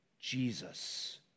Jesus